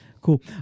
Cool